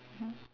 mmhmm